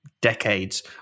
decades